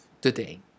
today